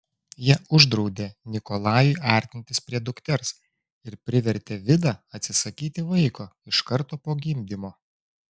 jie uždraudė nikolajui artintis prie dukters ir privertė vidą atsisakyti vaiko iš karto po gimdymo